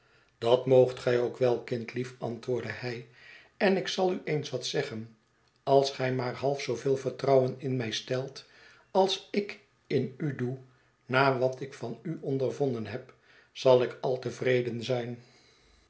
dat moogt gij ook wel kindlief antwoordde hij en ik zal u eens wat zeggen als gij maar half zooveel vertrouwen in mij stelt als ik in u doe na wat ik van u ondervonden heb zal ik al tevreden zijn